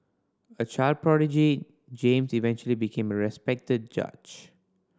a child prodigy James eventually became a respected judge